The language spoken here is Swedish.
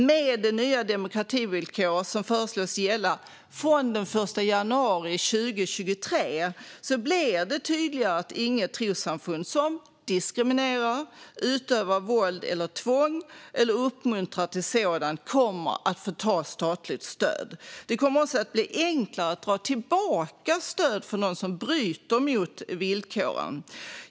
Med det nya demokrativillkoret, som föreslås gälla från den 1 januari 2023, blir det tydligare att inget trossamfund som diskriminerar, utövar våld eller tvång eller uppmuntrar till sådant kommer att få ta del av statligt stöd. Det kommer också att bli enklare att dra tillbaka stöd från dem som bryter mot villkoret.